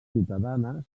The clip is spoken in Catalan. ciutadanes